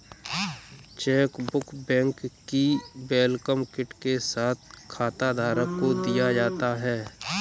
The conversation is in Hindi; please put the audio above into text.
चेकबुक बैंक की वेलकम किट के साथ खाताधारक को दिया जाता है